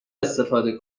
استفاده